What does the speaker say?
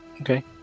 Okay